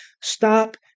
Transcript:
stop